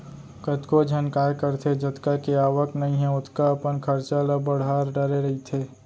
कतको झन काय करथे जतका के आवक नइ हे ओतका अपन खरचा ल बड़हा डरे रहिथे